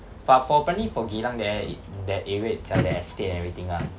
but for apparently for geylang there in that area itself that estate and everything ah